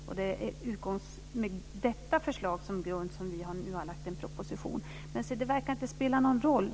Det är med detta förslag som grund som vi har lagt fram en proposition. Men det verkar inte spela någon roll.